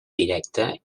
directa